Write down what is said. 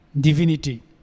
divinity